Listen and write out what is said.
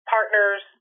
Partners